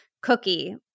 cookie